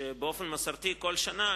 שבאופן מסורתי מדי שנה,